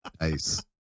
Nice